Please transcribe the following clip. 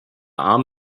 arm